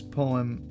poem